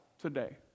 today